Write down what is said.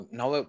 now